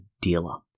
dealer